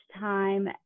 time